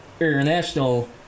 international